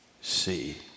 see